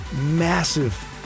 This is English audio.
massive